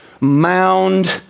mound